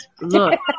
look